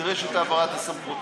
נדרשת העברת הסמכות.